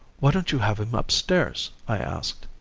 why don't you have him upstairs i asked.